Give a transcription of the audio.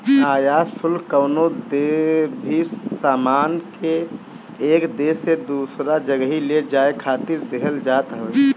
आयात शुल्क कवनो भी सामान के एक देस से दूसरा जगही ले जाए खातिर देहल जात हवे